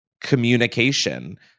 communication